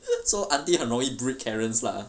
so aunty 很容易 breed karens lah